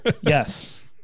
Yes